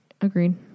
Agreed